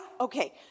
okay